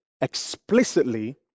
explicitly